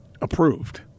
approved